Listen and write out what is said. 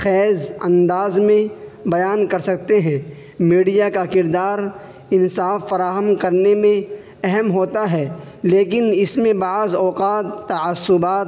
خیز انداز میں بیان کر سکتے ہیں میڈیا کا کردار انصاف فراہم کرنے میں اہم ہوتا ہے لیکن اس میں بعض اوقات تعصبات